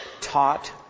taught